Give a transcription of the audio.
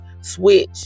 switch